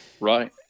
Right